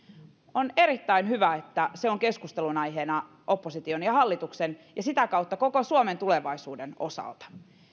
on erittäin hyvä että se on keskustelun aiheena opposition ja hallituksen ja sitä kautta koko suomen tulevaisuuden osalta